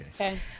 Okay